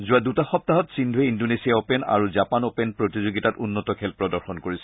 যোৱা দুটা সপ্তাহত সিদ্ধুয়ে ইণ্ডোনেছিয়া অপেন আৰু জাপান অপেন প্ৰতিযোগিতাত উন্নত খেল প্ৰদৰ্শন কৰিছিল